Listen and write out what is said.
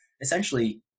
essentially